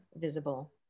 visible